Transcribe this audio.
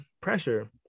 pressure